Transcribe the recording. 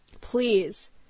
please